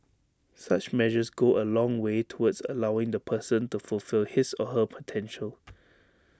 such measures go A long way towards allowing the person to fulfil his or her potential